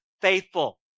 faithful